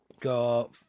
go